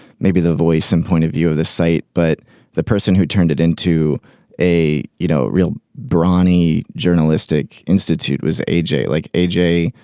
maybe the voice and point of view of the site but the person who turned it into a you know real brawny journalistic institute was a j. like a j.